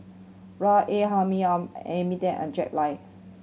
R A Hamid Amy and Jack Lai